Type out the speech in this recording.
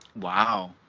wow